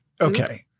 okay